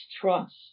Trust